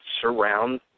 surround